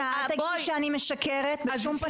עאידה, אל תגידי שאני משקרת בשום פנים ואופן.